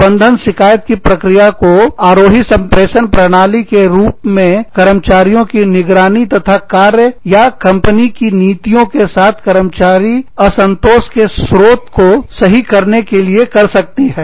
प्रबंधन शिकायत की प्रक्रिया को आरोही संप्रेषण प्रणाली के रूप में कर्मचारियों की निगरानी तथा कार्य या कंपनी की नीतियों के साथ कर्मचारी असंतोष के स्रोत को सही करने के लिए कर सकती है